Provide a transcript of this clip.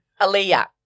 Aaliyah